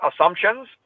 assumptions